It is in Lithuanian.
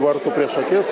vartų prieš akis